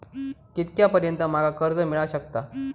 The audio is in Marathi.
कितक्या पर्यंत माका कर्ज मिला शकता?